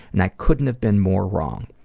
and i couldn't have been more wrong.